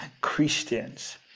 Christians